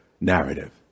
narrative